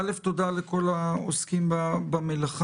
ראשית תודה לכל העוסקים במלאכה.